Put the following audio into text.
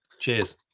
Cheers